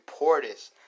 Portis